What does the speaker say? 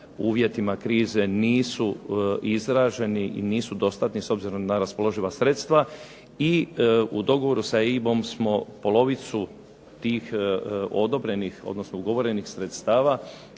uvjetima krize nisu izraženi i nisu dostatni s obzirom na raspoloživa sredstva. I u dogovoru sa EIB-om smo polovicu tih ugovorenih sredstava